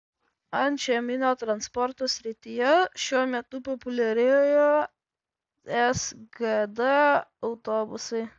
antžeminio transporto srityje šiuo metu populiarėja sgd autobusai